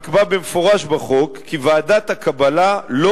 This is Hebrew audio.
1. נקבע במפורש בחוק כי ועדת הקבלה לא